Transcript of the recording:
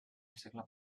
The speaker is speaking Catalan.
segle